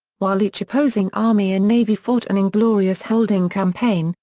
while each opposing army and navy fought an inglorious holding campaign,